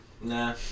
Nah